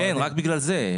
כן, רק בגלל זה.